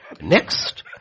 Next